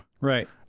right